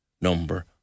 number